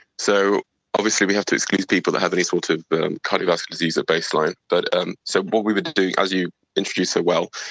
so obviously we have to exclude people that have any sort of cardiovascular disease at baseline. but um so what we would do, as you introduced so well,